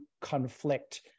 conflict